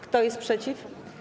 Kto jest przeciw?